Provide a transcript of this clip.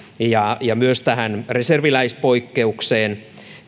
ja ja myös tähän reserviläispoikkeukseen